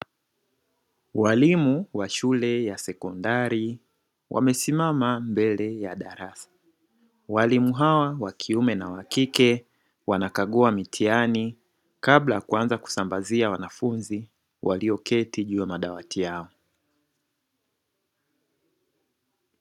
Walimu wa shule ya sekondari wamesimama mbele ya darasa, walimu hawa wa kiume na wa kike wanakagua mitihani kabla ya kuanza kusambazia wanafunzi walioketi juu ya madawati yao.